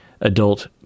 adult